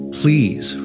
please